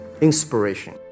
inspiration